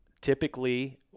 typically